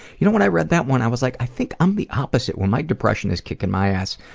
you know, when i read that one i was like i think i'm the opposite. when my depression is kicking my ass,